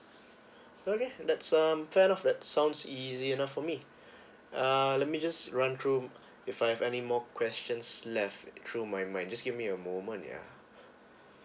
okay that's um fair enough that sounds easy enough for me uh let me just run through if I have any more questions left through my mind just give me a moment yeah